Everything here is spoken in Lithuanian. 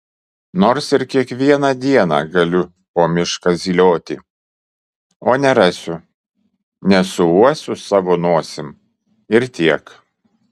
nors ir kiekvieną dieną galiu po mišką zylioti o nerasiu nesuuosiu savo nosim ir tiek